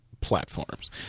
platforms